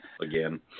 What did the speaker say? Again